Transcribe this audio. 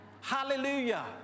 Hallelujah